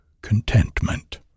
contentment